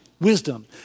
wisdom